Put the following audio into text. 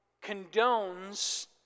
condones